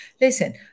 Listen